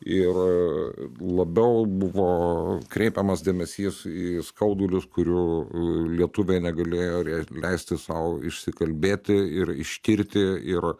ir labiau buvo kreipiamas dėmesys į skaudulius kurių lietuviai negalėjo lei leisti sau išsikalbėti ir ištirti ir